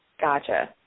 Gotcha